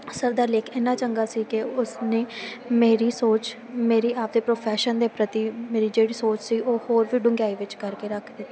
sir ਦਾ ਲੇਖ ਇੰਨਾ ਚੰਗਾ ਸੀ ਕਿ ਉਸਨੇ ਮੇਰੀ ਸੋਚ ਮੇਰੀ ਆਪਣੇ ਪ੍ਰੋਫੈਸ਼ਨ ਦੇ ਪ੍ਰਤੀ ਮੇਰੀ ਜਿਹੜੀ ਸੋਚ ਸੀ ਉਹ ਹੋਰ ਵੀ ਡੁੰਘਿਆਈ ਵਿੱਚ ਕਰਕੇ ਰੱਖ ਦਿੱਤੀ